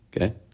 Okay